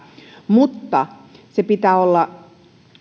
mutta sen pitää olla